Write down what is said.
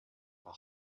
for